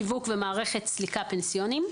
שיווק ומערכת סליקה פנסיוניים),